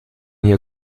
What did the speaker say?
hier